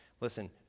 Listen